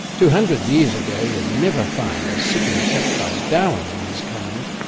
two hundred years ago you'd never find a sickie chucked by darwin and his kind!